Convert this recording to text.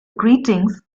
greetings